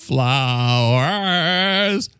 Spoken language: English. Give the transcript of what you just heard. Flowers